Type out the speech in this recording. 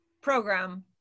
program